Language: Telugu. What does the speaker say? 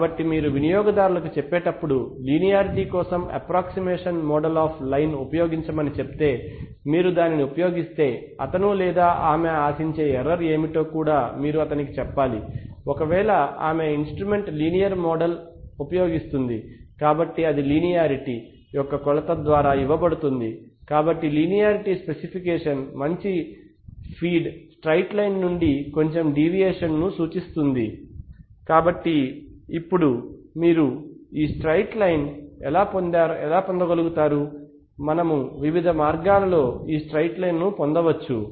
కాబట్టి మీరు వినియోగదారుకు చెప్పేటప్పుడు లీనియారిటీ కోసం అప్ప్రోక్సిమెట్ మాడెల్ ఆఫ్ లైన్ ఉపయోగించమని చెప్తే మీరు దానిని ఉపయోగిస్తే అతను లేదా ఆమె ఆశించే ఎర్రర్ ఏమిటో కూడా మీరు అతనికి చెప్పాలి ఒకవేళ ఆమె ఇన్స్ట్రుమెంట్ లీనియర్ మోడల్ ఉపయోగిస్తుంది కాబట్టి ఇది లీనియారిటీ యొక్క కొలత ద్వారా ఇవ్వబడుతుంది కాబట్టి లీనియారిటీ స్పెసిఫికేషన్ మంచి ఫీడ్ స్ట్రైట్ లైన్ నుండి కొంచెం డీవియేషన్ ను సూచిస్తుంది కాబట్టి ఇప్పుడు మీరు ఈ స్ట్రెయిట్ లైన్ ను ఎలా పొందగలుగుతారు మనము వివిధ మార్గాలలో ఈ స్ట్రెయిట్ లైన్ ను పొందవచ్చు